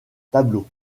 tableau